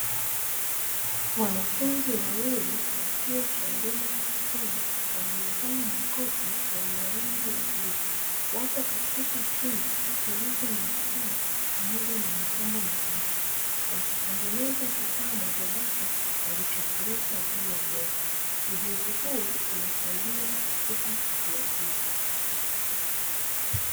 Wanafunzi wawili wa chuo cha elimu kwa vitendo waliovaa makoti yenye rangi ya bluu, wapo katika chumba kilicho na vifaa pamoja na mitambo mbalimbali, wakitengeneza kifaa mojawapo walichokiweka juu ya meza; ujuzi huu uwasaidia katika kujiajiri.